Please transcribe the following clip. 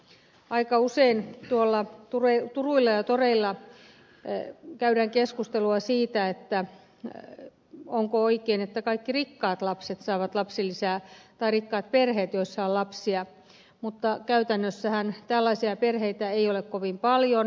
aika usein tuolla turuilla ja toreilla käydään keskustelua siitä onko oikein että kaikki rikkaat lapset saavat lapsilisää tai rikkaat perheet joissa on lapsia saavat lapsilisää mutta käytännössähän tällaisia perheitä ei ole kovin paljon